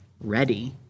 ready